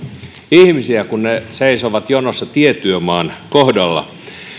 ihmisiä kun he seisovat jonoissa tietyömaiden kohdalla